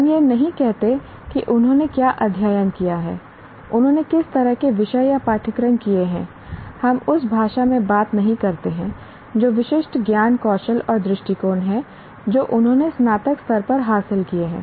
हम यह नहीं कहते कि उन्होंने क्या अध्ययन किया है उन्होंने किस तरह के विषय या पाठ्यक्रम किए हैं हम उस भाषा में बात नहीं करते हैं जो विशिष्ट ज्ञान कौशल और दृष्टिकोण हैं जो उन्होंने स्नातक स्तर पर हासिल किए हैं